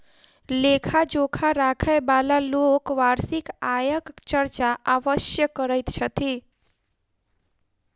लेखा जोखा राखयबाला लोक वार्षिक आयक चर्चा अवश्य करैत छथि